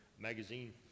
magazine